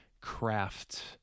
craft